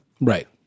Right